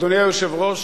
אדוני היושב-ראש,